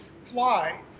Fly